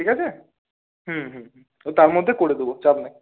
ঠিক আছে হুম হুম হুম ও তার মধ্যে করে দেবো চাপ নাই